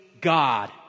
God